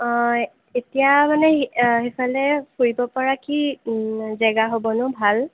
অঁ এতিয়া মানে সি সিফালে ফুৰিব পৰা কি জেগা হ'বনো ভাল